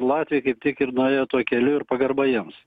latviai kaip tik ir nuėjo tuo keliu ir pagarba jiems